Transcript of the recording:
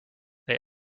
they